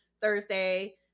Thursday